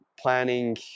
planning